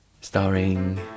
Starring